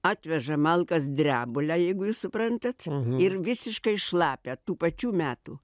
atveža malkas drebulę jeigu jūs suprantat ir visiškai šlapią tų pačių metų